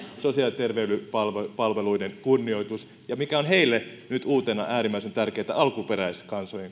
sosiaali ja terveyspalveluiden kunnioitus ja mikä on heille nyt uutena äärimmäisen tärkeätä alkuperäiskansojen